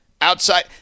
outside